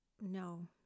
no